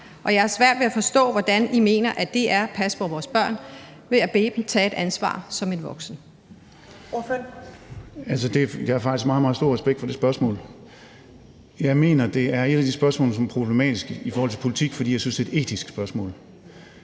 og jeg har svært at forstå, hvordan I mener at det er at passe på vores børn ved at bede dem tage et ansvar som en voksen.